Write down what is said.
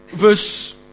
verse